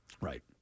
Right